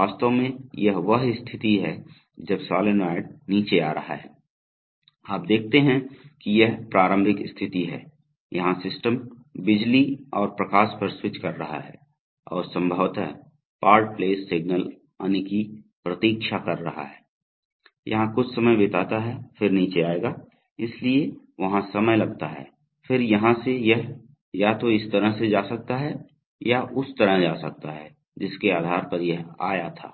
वास्तव में यह वह स्थिति है जब सोलनॉइड नीचे आ रहा है आप देखते हैं कि यह प्रारंभिक स्थिति है यहां सिस्टम बिजली और प्रकाश पर स्विच कर रहा है और संभवतः पार्ट प्लेस सिग्नल आने की प्रतीक्षा कर रहा है यहाँ कुछ समय बिताता है फिर नीचे आएगा इसलिए वहाँ समय लगता है फिर यहाँ से यह या तो इस तरह से जा सकता है या उस तरह जा सकता है जिसके आधार पर यह आया था